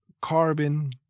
carbon